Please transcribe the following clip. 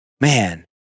man